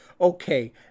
Okay